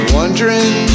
wondering